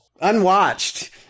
Unwatched